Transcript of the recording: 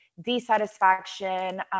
dissatisfaction